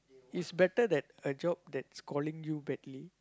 is better that a job that's calling you badly